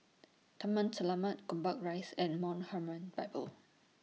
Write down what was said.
Taman Selamat Gombak Rise and Mount Hermon Bible